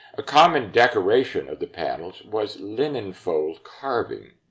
a common decoration of the panels was linenfold carving.